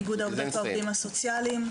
איגוד העובדות והעובדים הסוציאליים.